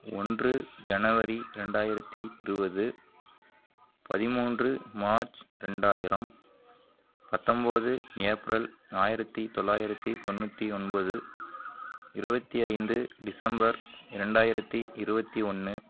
ஒன்று ஜனவரி ரெண்டாயிரத்து இருபது பதிமூன்று மார்ச் ரெண்டாயிரம் பத்தொம்பது ஏப்ரல் ஆயிரத்து தொள்ளாயிரத்து தொண்ணூற்றி ஒன்பது இருபத்தி ஐந்து டிசம்பர் இரண்டாயிரத்து இருபத்தி ஒன்று